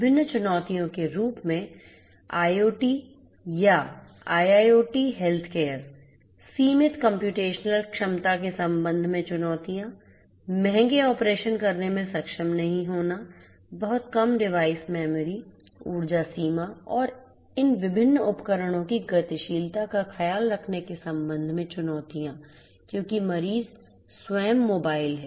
विभिन्न चुनौतियों के रूप में IoT या IIoT हेल्थकेयर सीमित कम्प्यूटेशनल क्षमता के संबंध में चुनौतियां महंगे ऑपरेशन करने में सक्षम नहीं होना बहुत कम डिवाइस मेमोरी ऊर्जा सीमा और इन विभिन्न उपकरणों की गतिशीलता का ख्याल रखने के संबंध में चुनौतियां क्योंकि मरीज स्वयं मोबाइल हैं